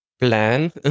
plan